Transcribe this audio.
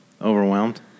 Overwhelmed